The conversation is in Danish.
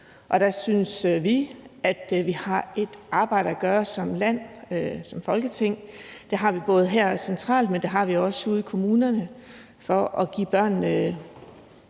Og der synes vi, at vi har et arbejde at gøre som land, som Folketing. Det har vi både her centralt, men det har vi også ude i kommunerne for at give børnene